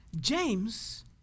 James